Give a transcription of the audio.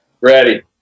Ready